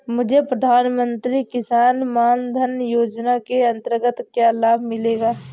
मुझे प्रधानमंत्री किसान मान धन योजना के अंतर्गत क्या लाभ मिलेगा?